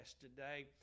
today